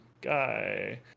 guy